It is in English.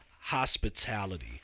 hospitality